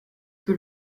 que